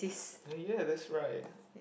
and ya that's right